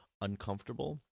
uncomfortable